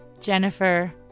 Jennifer